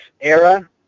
era